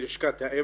ללשכת האם.